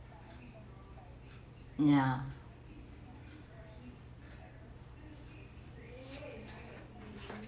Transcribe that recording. ya